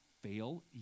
fail